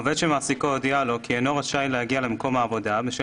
(ז) עובד שמעסיקו הודיע לו כי אינו רשאי להגיע למקום העבודה בשל